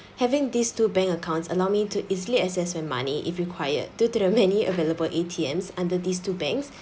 having these two bank accounts allow me to easily access my money if required due to the many available A_T_M's under these two banks